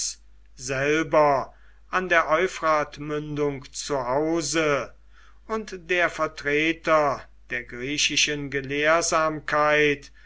selber an der euphratmündung zu hause und der vertreter der griechischen gelehrsamkeit